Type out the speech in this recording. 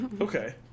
Okay